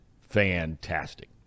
fantastic